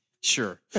Sure